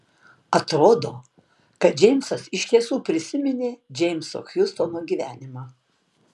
atrodo kad džeimsas iš tiesų prisiminė džeimso hiustono gyvenimą